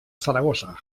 saragossa